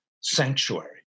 sanctuary